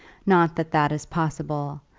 not that that is possible,